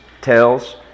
tells